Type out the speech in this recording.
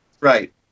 Right